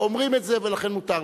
אומרים את זה ולכן מותר לנו.